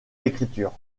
l’écriture